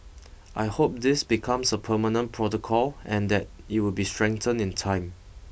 I hope this becomes a permanent protocol and that it would be strengthened in time